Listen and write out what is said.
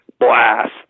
blast